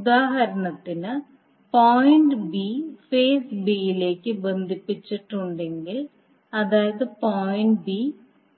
ഉദാഹരണത്തിന് point b phase b ലേക്ക് ബന്ധിപ്പിച്ചിട്ടുണ്ടെങ്കിൽ അതായത് പോയിന്റ് b